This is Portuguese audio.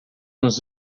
nos